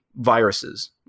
viruses